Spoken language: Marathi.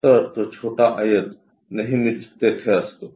तर तो छोटा आयत नेहमीच तेथे असतो